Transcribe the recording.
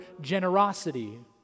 generosity